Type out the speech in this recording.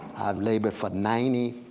labored for ninety